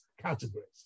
categories